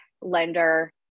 lender